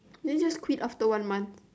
then just quit after one month